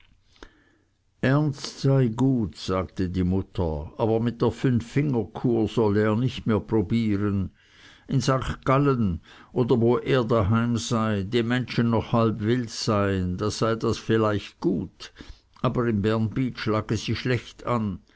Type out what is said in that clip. ernst sei gut sagte die mutter aber mit der fünffingerkur solle er nicht mehr probieren in st gallen oder wo er daheim sei die menschen noch halb wild seien da sei sie vielleicht gut aber im bernbiet schlage sie schlecht an